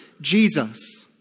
Jesus